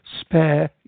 spare